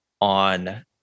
on